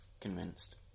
convinced